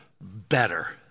better